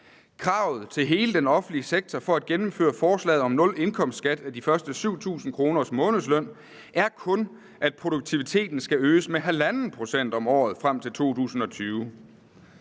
Kravet til hele den offentlige sektor for at gennemføre forslaget om nul indkomstskat af de første 7.000 kr. af månedsløn er kun, at produktiviteten skal øges med 1½ pct. om året frem til 2020.